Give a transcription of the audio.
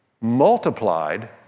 multiplied